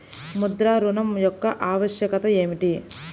ముద్ర ఋణం యొక్క ఆవశ్యకత ఏమిటీ?